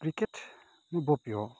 cricket মোৰ বৰ প্ৰিয়